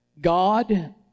God